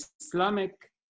Islamic